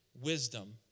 wisdom